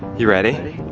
you ready?